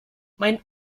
mein